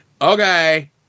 okay